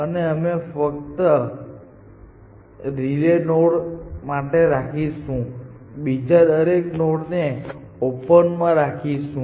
અને અમે આને ફક્ત રિલે નોડ માટે રાખીશું બીજા દરેક નોડ ઓપન માં રાખીશું